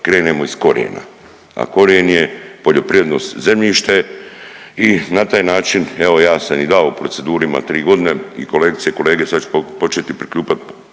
krenemo iz korijena, a korijen je poljoprivredno zemljište i na taj način evo ja sam i dao u proceduru ima 3.g. i kolegice i kolege sad ću počet i prikupljati